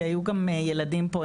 כי היו גם ילדים פה,